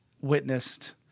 witnessed